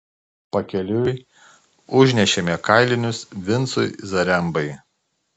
pakeliui užnešėme kailinius vincui zarembai